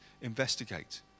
Investigate